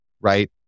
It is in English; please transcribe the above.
right